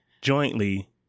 jointly